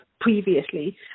previously